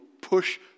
push